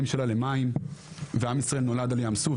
תורה נמשלה למים ועם ישראל נולד על ים סוף,